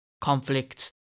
conflicts